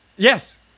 Yes